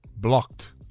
Blocked